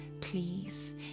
Please